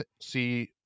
see